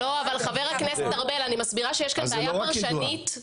חבר הכנסת ארבל, אני מסבירה שיש כאן בעיה פרשנית.